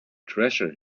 treasure